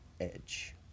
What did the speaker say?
Edge